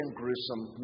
gruesome